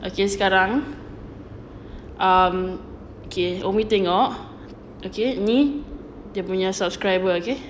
okay sekarang um okay umi tengok okay ni dia punya subscriber okay